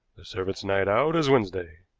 the servant's night out is wednesday.